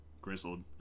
grizzled